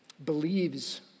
believes